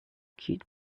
cute